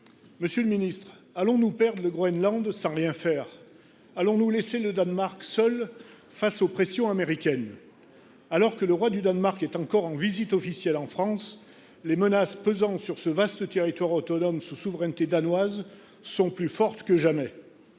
Monsieur le ministre, allons nous laisser le Danemark perdre le Groenland sans rien faire ? Allons nous le laisser seul face aux pressions américaines ? Alors que le roi du Danemark est encore en visite officielle en France, les menaces pesant sur ce vaste territoire autonome sous souveraineté danoise sont plus fortes que jamais